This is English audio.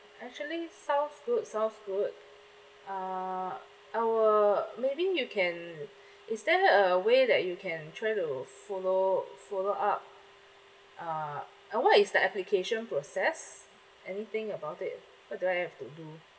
actually sounds good sounds good uh I will maybe you can is there a way that you can try to follow follow up uh uh what is the application process anything about it what do I have to do